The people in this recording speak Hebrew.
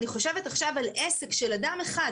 אני חושבת עכשיו על עסק של אדם אחד,